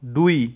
দুই